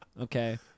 Okay